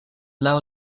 laŭ